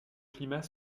climat